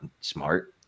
smart